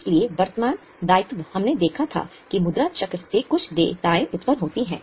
इसलिए वर्तमान दायित्व हमने देखा था कि मुद्रा चक्र से कुछ देयताएँ उत्पन्न होती हैं